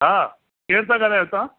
हा केरु था ॻाल्हायो तव्हां